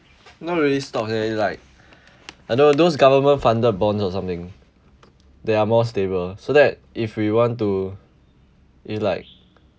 not really stock eh like I know those government funded bond or something they are more stable so that if we want to if like